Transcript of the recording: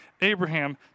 Abraham